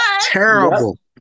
Terrible